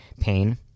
Pain